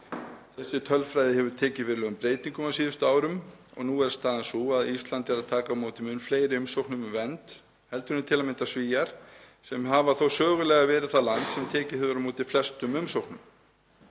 Þessi tölfræði hefur tekið verulegum breytingum á síðustu árum og nú er staðan sú að Ísland er að taka á móti mun fleiri umsóknum um vernd en til að mynda Svíar sem hafa sögulega verið það land sem tekið hefur á móti flestum umsóknum.